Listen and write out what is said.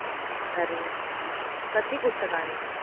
आं तर्हि कति पुस्तकानि